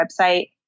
website